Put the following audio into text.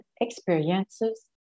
experiences